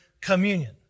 communion